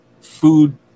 food